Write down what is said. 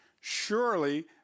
surely